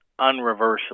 unreversible